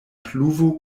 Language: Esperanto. pluvo